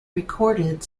recorded